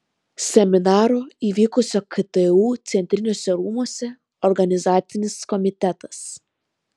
seminaro įvykusio ktu centriniuose rūmuose organizacinis komitetas